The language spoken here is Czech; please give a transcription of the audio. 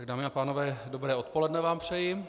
Dámy a pánové, dobré odpoledne vám přeji.